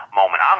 moment